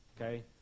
okay